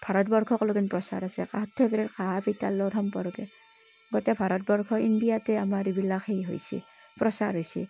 ভাৰতবৰ্ষক লগিন প্ৰচাৰ আছে কাঁহ সৰ্থেবাৰীৰ কাঁহ পিতালৰ সম্পৰ্কে গোটেই ভাৰতবৰ্ষ ইণ্ডিয়াতে আমাৰ এইবিলাক সেই হৈছে প্ৰচাৰ হৈছে